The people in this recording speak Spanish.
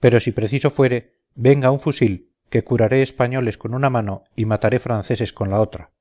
pero si preciso fuere venga un fusil que curaré españoles con una mano y mataré franceses con la otra